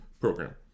program